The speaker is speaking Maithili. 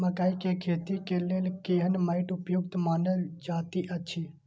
मकैय के खेती के लेल केहन मैट उपयुक्त मानल जाति अछि?